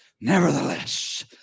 nevertheless